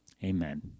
Amen